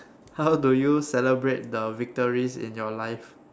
how do you celebrate the victories in your life